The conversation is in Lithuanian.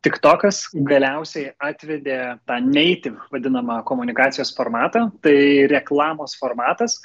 tik tokas kas galiausiai atvedė tą neitin vadinamą komunikacijos formatą tai reklamos formatas